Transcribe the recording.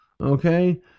Okay